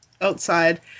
outside